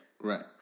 Right